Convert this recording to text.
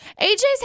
AJ's